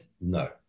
No